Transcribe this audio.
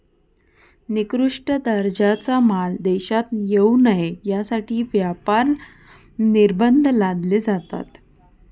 निकृष्ट दर्जाचा माल देशात येऊ नये यासाठी व्यापार निर्बंध लादले जातात